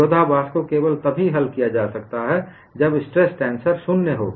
विरोधाभास को केवल तभी हल किया जा सकता है जब स्ट्रेस टेंसर शून्य हो